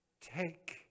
Take